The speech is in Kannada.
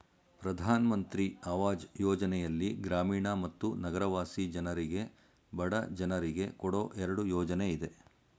ಪ್ರಧಾನ್ ಮಂತ್ರಿ ಅವಾಜ್ ಯೋಜನೆಯಲ್ಲಿ ಗ್ರಾಮೀಣ ಮತ್ತು ನಗರವಾಸಿ ಜನರಿಗೆ ಬಡ ಜನರಿಗೆ ಕೊಡೋ ಎರಡು ಯೋಜನೆ ಇದೆ